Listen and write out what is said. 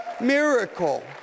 miracle